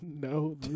No